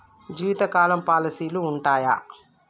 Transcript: జీవితకాలం పాలసీలు ఉంటయా?